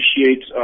appreciate